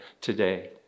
today